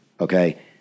okay